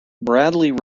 bradley